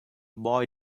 boy